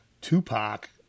Tupac